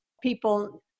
people